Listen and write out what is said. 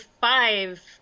five